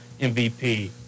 MVP